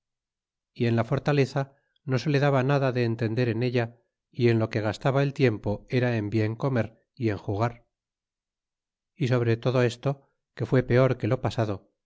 y en la fortaleza no se le daba nada de entender en ella y en lo que gastaba el tiempo era en bien comer y enjugar y sobre todo esto que fué peor que lo pasado